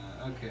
Okay